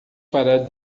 parar